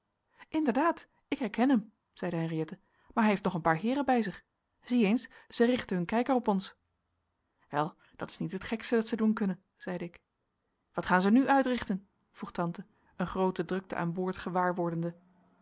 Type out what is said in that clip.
inderdaad ik herken hem zeide henriëtte maar hij heeft nog een paar heeren bij zich zie eens zij richten hun kijker op ons wel dat is niet het gekste dat zij doen kunnen zeide ik wat gaan zij nu uitrichten vroeg tante een groote drukte aan boord gewaarwordende